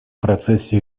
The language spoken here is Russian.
процессе